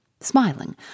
smiling